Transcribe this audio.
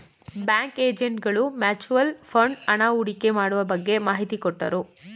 bank agent ಗಳು mutual fund ಹಣ ಹೂಡಿಕೆ ಮಾಡುವ ಬಗ್ಗೆ ಮಾಹಿತಿ ಕೊಟ್ಟರು